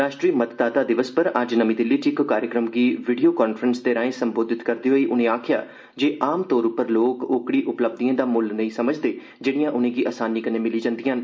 राष्ट्रीय मतदाता दिवस पर अज्ज नमीं दिल्ली च इक कार्यक्रम गी वीडियो कांफ्रेंस दे राएं संबोधित करदे होई उनें आखेआ जे आम तौर पर लोक ओकड़ी उपलब्धियें दा मुल्ल नेई समझदे जेहिंड़यां उनें'गी असानी कन्नै मिली जंदिआं न